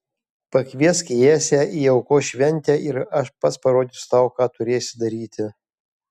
pakviesk jesę į aukos šventę ir aš pats parodysiu tau ką turėsi daryti